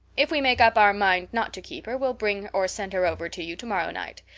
if we make up our mind not to keep her we'll bring or send her over to you tomorrow night.